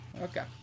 Okay